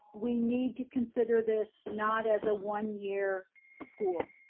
we need to consider this not as a one year school,